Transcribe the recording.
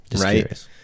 right